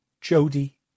Jody